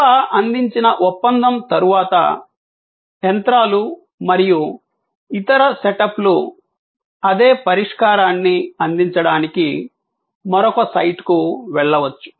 సేవ అందించిన ఒప్పందం తరువాత యంత్రాలు మరియు ఇతర సెటప్లు అదే పరిష్కారాన్ని అందించడానికి మరొక సైట్కు వెళ్లవచ్చు